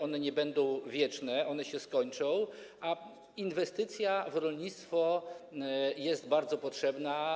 One nie będą wieczne, one się skończą, a inwestycja w rolnictwo jest bardzo potrzebna.